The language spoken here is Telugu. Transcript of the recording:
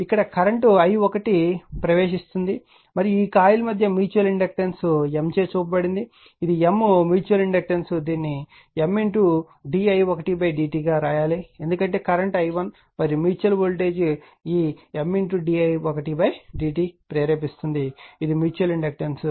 ఇక్కడ కరెంట్ i1 ప్రవేశిస్తోంది మరియు ఈ కాయిల్ మధ్య మ్యూచువల్ ఇండక్టెన్స్ M చే చూపబడింది ఇది M మ్యూచువల్ ఇండక్టెన్స్ మరియు దీనిని M di1dt గా వ్రాయాలి ఎందుకంటే కరెంట్ i1 మరియు మ్యూచువల్ వోల్టేజ్ ఈ M di1dt ప్రేరేపిస్తుంది ఇది మ్యూచువల్ ఇండక్టెన్స్